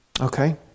Okay